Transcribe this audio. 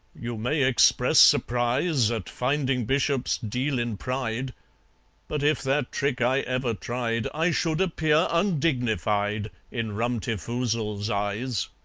you may express surprise at finding bishops deal in pride but if that trick i ever tried, i should appear undignified in rum-ti-foozle's eyes.